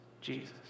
Jesus